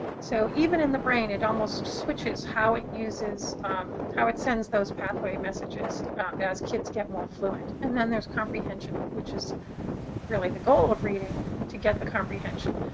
so even in the brain, it almost switches how it uses how it sends those pathway messages as kids get more fluent. and then there's comprehension, which is really the goal of reading to get the comprehension.